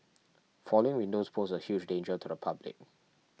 falling windows pose a huge danger to the public